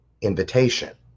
invitation